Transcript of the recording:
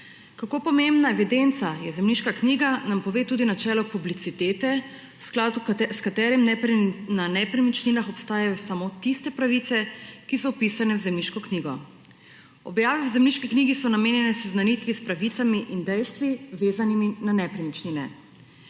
Kako pomembna evidenca je zemljiška knjiga, nam pove tudi načelo publicitete, v skladu s katerim na nepremičninah obstajajo samo tiste pravice, ki so vpisane v zemljiško knjigo. Objave v zemljiški knjigi so namenjene seznanitvi s pravicami in dejstvi, vezanimi na nepremičnine.